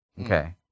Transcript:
Okay